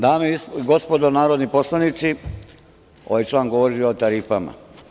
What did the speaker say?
Dame i gospodo narodni poslanici, ovaj član govori o tarifama.